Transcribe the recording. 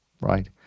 right